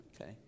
Okay